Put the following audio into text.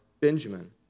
Benjamin